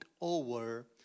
over